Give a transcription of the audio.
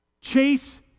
Chase